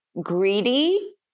greedy